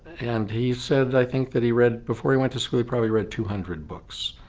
and he said i think that he read before he went to school he probably read two hundred books.